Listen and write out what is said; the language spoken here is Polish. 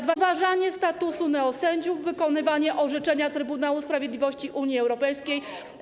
Powód: podważanie statusu neosędziów, wykonywanie orzeczenia Trybunału Sprawiedliwości Unii Europejskiej.